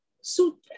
Sutra